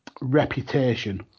reputation